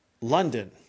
London